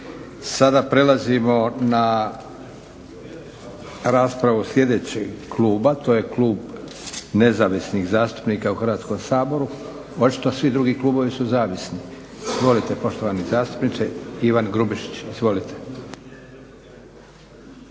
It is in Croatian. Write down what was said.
Sada prelazimo na raspravu sljedećeg kluba. To je klub nezavisnih zastupnika u Hrvatskom saboru. Očito svi drugi klubovi su zavisni. Izvolite poštovani zastupniče Ivan Grubišić. Izvolite.